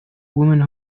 women